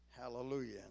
Hallelujah